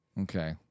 Okay